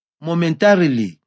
Momentarily